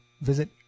visit